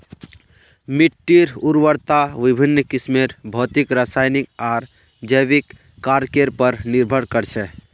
मिट्टीर उर्वरता विभिन्न किस्मेर भौतिक रासायनिक आर जैविक कारकेर पर निर्भर कर छे